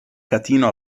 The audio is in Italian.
catino